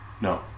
No